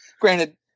Granted